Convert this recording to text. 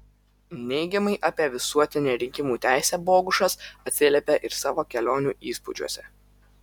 neigiamai apie visuotinę rinkimų teisę bogušas atsiliepė ir savo kelionių įspūdžiuose